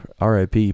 RIP